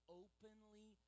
openly